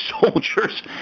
soldiers